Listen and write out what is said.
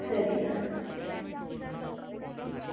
खरी तां